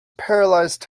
paralyzed